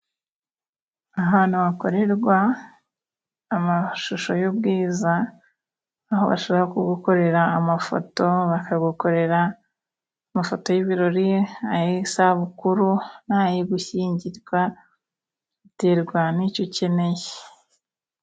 Ahantu hakorerwa amashusho y'ubwiza, aho bashobora gukorera amafoto, bakagukorera amafoto y'ibirori, ay'isabukuru nayo gushyingirwa, biterwa n'icyo ukeneye.